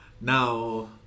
Now